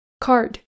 Card